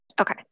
Okay